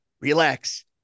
relax